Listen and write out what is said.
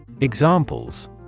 Examples